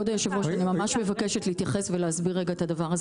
אני ממש מבקשת להתייחס ולהסביר את הדבר הזה.